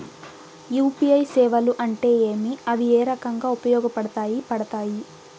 UPI సేవలు అంటే ఏమి, అవి ఏ రకంగా ఉపయోగపడతాయి పడతాయి?